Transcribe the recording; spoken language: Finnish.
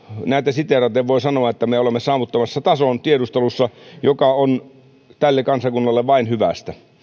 siteeraten voi sanoa että me olemme saavuttamassa tiedustelussa tason joka on tälle kansakunnalle vain hyvästä